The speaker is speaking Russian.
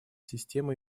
системы